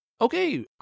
Okay